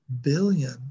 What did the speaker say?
billion